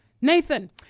Nathan